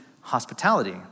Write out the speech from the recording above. hospitality